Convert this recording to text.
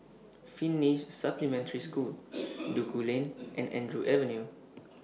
Finnish Supplementary School Duku Lane and Andrew Avenue